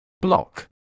Block